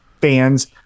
fans